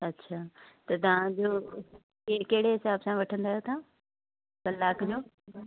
अच्छा त तव्हांजो के कहिड़े हिसाब सां वठंदा आहियो तव्हां कलाक जो